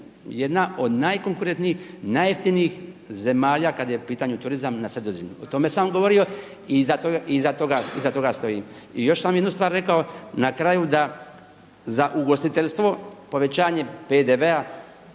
jedna od najkonkurentnijih i najjeftinijih zemalja kada je u pitanju turizam na Sredozemlju. O tome sam govorio i iza toga stojim. I još sam jednu stvar rekao na kraju da za ugostiteljstvo povećanje PDV-a